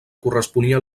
corresponia